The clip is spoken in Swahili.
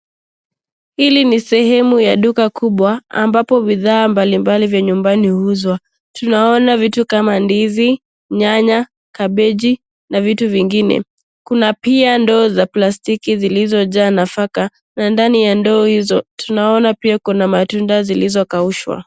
Hili ni sehemu la duka kubwa ambapo bidhaa mbali mbali za nyumba huuzwa. Tunaona vitu kama ndizi, nyanya, kabeji na vitu vingine. Kuna pia ndoo za plastiki zilizojaa nafaka na ndani ya ndoo hizo tunaona pia kuna matunda zilizokaushwa.